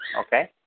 Okay